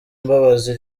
mbabazi